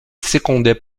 secondé